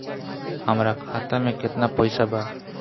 हमरा खाता में केतना पइसा बा?